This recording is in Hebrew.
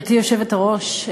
גברתי היושבת-ראש,